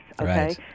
okay